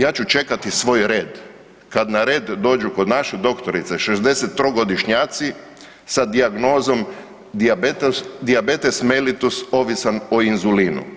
Ja ću čekati svoj red, kad na red dođu kod naše doktorice 63-godišnjaci sa dijagnozom dijabetes melitus ovisan o inzulinu.